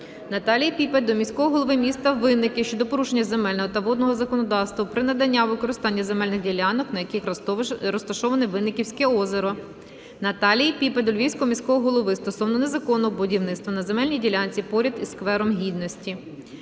Наталії Піпи до міського голови міста Винники щодо порушення земельного та водного законодавства при наданні у користування земельних ділянок, на яких розташоване Винниківське озеро. Наталії Піпи до Львівського міського голови стосовно незаконного будівництва на земельній ділянці поряд із сквером Гідності.